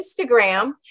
Instagram